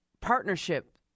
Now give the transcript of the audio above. partnership